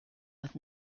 with